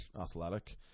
athletic